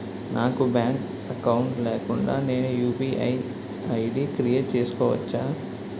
నాకు bank account లేకుండా నేను యు.పి.ఐ ఐ.డి క్రియేట్ చేసుకోవచ్చా?